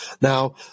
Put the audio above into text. Now